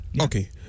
Okay